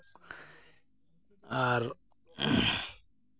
ᱟᱨ